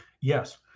Yes